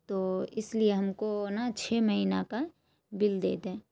تو اس لیے ہم کو نا چھ مہینہ کا بل دے دیں